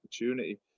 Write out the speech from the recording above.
opportunity